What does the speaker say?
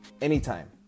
anytime